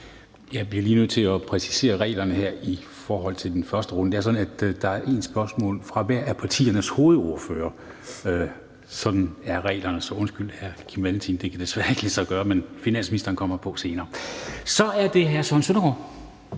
Jeg bliver lige nødt til at præcisere reglerne her i forhold til den første runde. Det er sådan, at der er et spørgsmål fra hvert partis hovedordfører. Sådan er reglerne. Så undskyld, hr. Kim Valentin, det kan desværre ikke lade sig gøre. Men finansministeren kommer på senere. Så er det hr. Søren Søndergaard.